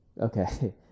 Okay